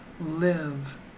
live